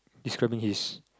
he's grabbing his